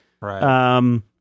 Right